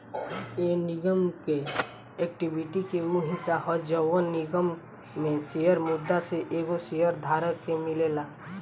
इ निगम के एक्विटी के उ हिस्सा ह जवन निगम में शेयर मुद्दा से एगो शेयर धारक के मिलेला